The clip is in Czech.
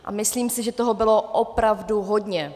A myslím si, že toho bylo opravdu hodně.